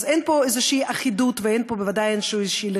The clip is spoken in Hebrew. אז אין פה אחידות וודאי שאין פה איזו לכידות,